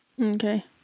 Okay